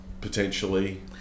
potentially